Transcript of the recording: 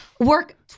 Work